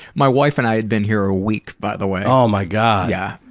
my wife and i had been here a week, by the way. oh my god. yeah.